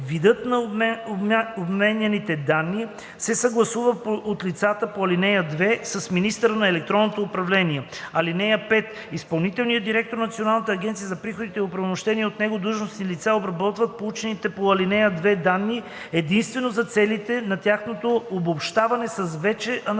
Видът на обменяните данни се съгласува от лицата по ал. 2 с министъра на електронното управление. (5) Изпълнителният директор на Националната агенция за приходите или оправомощени от него длъжностни лица обработват получените по ал. 2 данни единствено за целите на тяхното обобщаване с вече налични